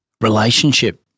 relationship